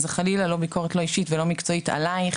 זה חלילה לא ביקורת אישית או מקצועית עלייך